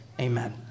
Amen